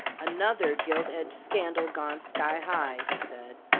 another gilt-edged scandal gone sky high, he said.